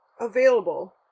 available